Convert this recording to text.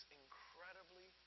incredibly